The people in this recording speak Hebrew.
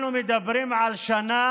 אנחנו מדברים על שנה